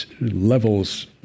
levels